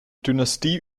dynastie